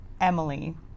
Emily